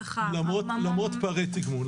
למרות פערי תגמול.